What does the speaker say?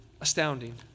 astounding